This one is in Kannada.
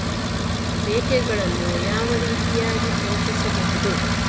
ಮೇಕೆಗಳನ್ನು ಯಾವ ರೀತಿಯಾಗಿ ಪೋಷಿಸಬಹುದು?